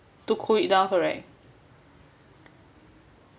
to cool it down correct